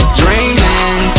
dreaming